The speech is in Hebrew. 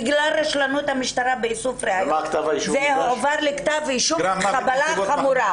בגלל רשלנות המשטרה באיסוף ראיות זה הועבר לכתב אישום על חבלה חמורה.